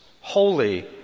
holy